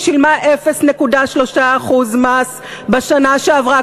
היא שילמה 0.3% מס בשנה שעברה.